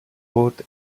both